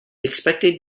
expected